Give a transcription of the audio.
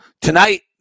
Tonight